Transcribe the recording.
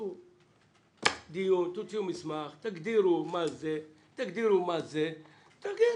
תעשו דיון ותוציאו מסמך ובו תגדירו מה זה ומה זה ותחליטו.